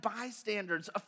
bystanders